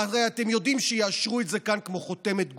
והרי אתם יודעים שיאשרו את זה כאן כמו חותמת גומי.